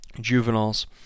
juveniles